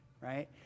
right